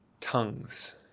TONGUES